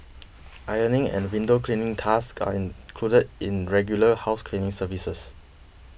ironing and window cleaning tasks are included in regular house cleaning services